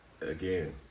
again